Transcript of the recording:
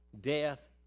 death